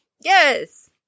Yes